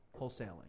wholesaling